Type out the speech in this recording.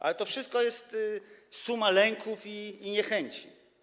Ale to wszystko jest sumą lęków i niechęci.